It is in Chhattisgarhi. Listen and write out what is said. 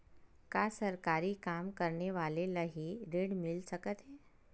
का सरकारी काम करने वाले ल हि ऋण मिल सकथे?